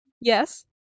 Yes